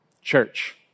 church